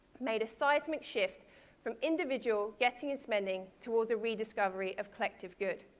made a seismic shift from individual getting and spending towards a rediscovery of collective good.